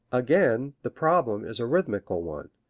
again the problem is a rhythmical one,